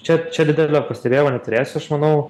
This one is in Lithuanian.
čia čia didelio pastebėjimo neturėsiu aš manau